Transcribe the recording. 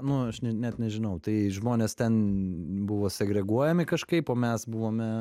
nu aš net nežinau tai žmonės ten buvo segreguojami kažkaip o mes buvome